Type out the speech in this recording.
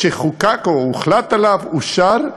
שחוקק, או הוחלט עליו, אושר,